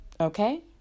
Okay